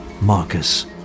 Marcus